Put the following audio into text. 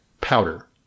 powder